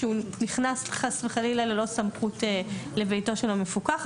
שהוא נכנס חס וחלילה לא סמכות לביתו של המפוקח,